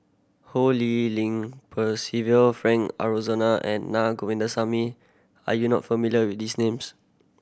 Ho Lee Ling Percival Frank Aroozoo and Naa Govindasamy are you not familiar with these names